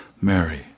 Mary